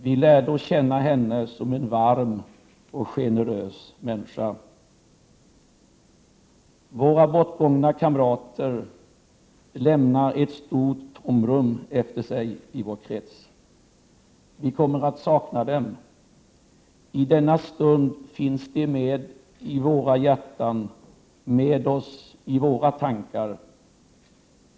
Vi lärde känna henne som en varm och generös människa. Våra bortgångna kamrater lämnar ett stort tomrum efter sig i vår krets. Vi kommer att sakna dem. I denna stund finns de med i våra hjärtan — med oss i våra tankar.